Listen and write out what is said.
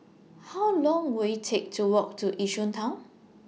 How Long Will IT Take to Walk to Yishun Town